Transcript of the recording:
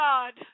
God